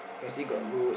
yeah